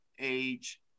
age